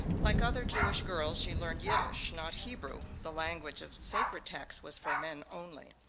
like other jewish girls she learned yiddish, not hebrew, the language of sacred text was for men only.